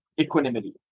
equanimity